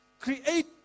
create